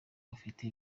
afite